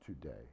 today